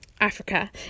Africa